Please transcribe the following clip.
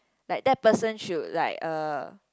like that person should like uh